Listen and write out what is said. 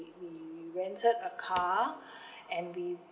we rented a car and we